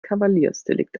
kavaliersdelikt